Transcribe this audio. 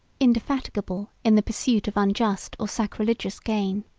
indefatigable in the pursuit of unjust or sacrilegious, gain.